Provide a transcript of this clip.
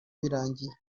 birangiye